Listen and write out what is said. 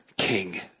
king